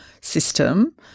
system